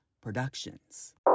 Productions